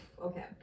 Okay